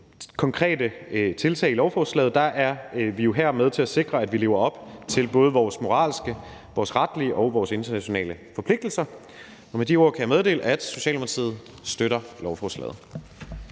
konkrete tiltag i lovforslaget er vi jo her med til at sikre, at vi lever op til både vores moralske, vores retlige og vores internationale forpligtelser. Og med de ord kan jeg meddele, at Socialdemokratiet støtter lovforslaget.